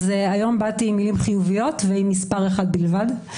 אז היום באתי עם מילים חיוביות ועם מספר אחד בלבד.